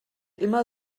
immer